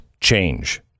change